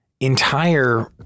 entire